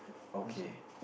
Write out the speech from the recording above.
okay